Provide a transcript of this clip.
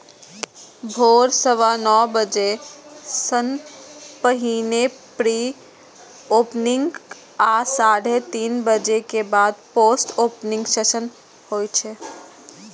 भोर सवा नौ बजे सं पहिने प्री ओपनिंग आ साढ़े तीन बजे के बाद पोस्ट ओपनिंग सेशन होइ छै